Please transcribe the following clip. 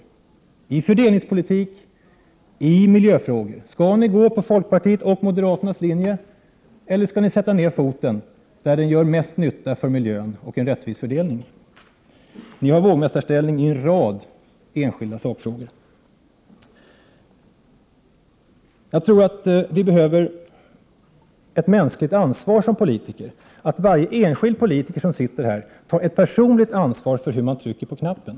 Skall ni socialdemokrater, när det gäller fördelningspolitiken och miljöpolitiken, gå på folkpartiets och moderaternas linje, eller skall ni sätta ned foten där den gör mest nytta för miljön och för en rättvis fördelning? Ni har vågmästarställning i en rad enskilda sakfrågor. Jag tror att vi som politiker behöver ett mänskligt ansvar. Det gäller att varje enskild politiker som sitter här tar ett personligt ansvar för hur han eller hon trycker på knappen.